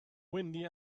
windy